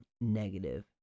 negative